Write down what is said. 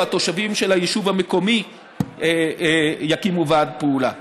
התושבים של היישוב המקומי יקימו ועד פעולה.